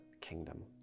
kingdom